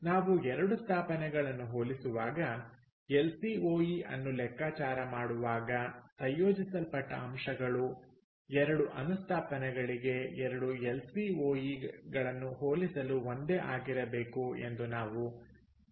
ನಾವು ಎರಡು ಸ್ಥಾಪನೆಗಳನ್ನು ಹೋಲಿಸುವಾಗ ಎಲ್ಸಿಒಇ ಅನ್ನು ಲೆಕ್ಕಾಚಾರ ಮಾಡುವಾಗ ಸಂಯೋಜಿಸಲ್ಪಟ್ಟ ಅಂಶಗಳು ಎರಡು ಅನುಸ್ಥಾಪನೆಗಳಿಗೆ ಎರಡು ಎಲ್ಸಿಒಇ ಗಳನ್ನು ಹೋಲಿಸಲು ಒಂದೇ ಆಗಿರಬೇಕು ಎಂದು ನಾವು ಖಚಿತಪಡಿಸಿಕೊಳ್ಳಬೇಕು